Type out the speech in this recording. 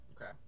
okay